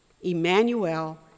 Emmanuel